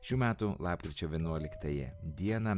šių metų lapkričio vienuoliktąją dieną